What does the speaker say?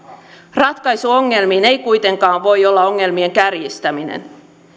ratkaisu ongelmiin ei kuitenkaan voi olla ongelmien kärjistäminen